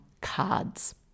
cards